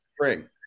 spring